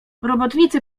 robotnicy